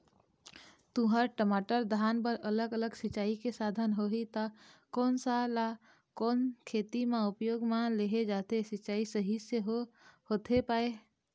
तुंहर, टमाटर, धान बर अलग अलग सिचाई के साधन होही ता कोन सा ला कोन खेती मा उपयोग मा लेहे जाथे, सिचाई सही से होथे पाए?